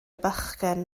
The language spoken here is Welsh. bachgen